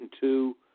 two